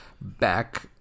back